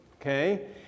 okay